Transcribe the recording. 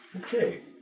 Okay